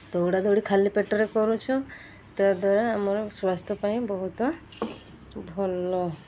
ଦୌଡ଼ା ଦୌଡ଼ି ଖାଲି ପେଟରେ କରୁଛୁ ତା'ଦ୍ଵାରା ଆମର ସ୍ୱାସ୍ଥ୍ୟ ପାଇଁ ବହୁତ ଭଲ